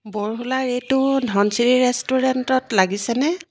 বৰহোলা এইটো ধনশিৰি ৰেষ্টুৰেণ্টত লাগিছেনে